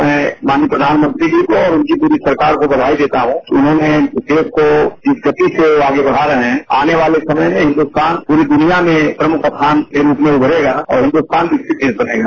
मैं माननीय प्रधानमंत्री जी को और उनकी पूरी सरकार को बधाई देता हूं कि उन्होंने देश को जिस गति से आगे बढ़ा रहे हैं आने वाले समय में हिन्दुस्तान पूरी दुनिया में प्रमुख स्थान के रूप में उभरेगा और हिन्दुस्तान विकसित देश बनेगा